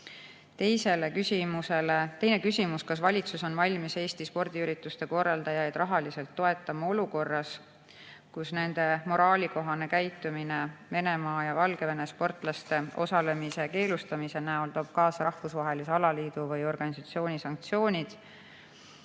Ukraina võiduga. Teine küsimus: "Kas valitsus on valmis Eesti spordiürituste korraldajaid rahaliselt toetama olukorras, kus nende moraalikohane käitumine Venemaa ja Valgevene sportlaste osalemise keelustamise näol toob kaasa rahvusvahelise alaliidu või organisatsiooni sanktsioonid,